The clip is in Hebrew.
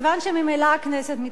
כיוון שממילא הכנסת מתפזרת,